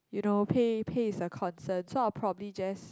you know pay pay is a concern so I'll probably just